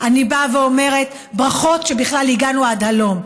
אני באה ואומרת: ברכות שבכלל הגענו עד הלום.